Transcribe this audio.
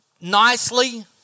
nicely